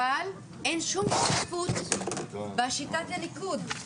אבל אין שום שקיפות בשיטת הניקוד,